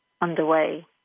underway